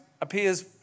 appears